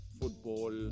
football